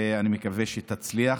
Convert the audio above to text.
ואני מקווה שתצליח,